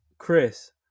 Chris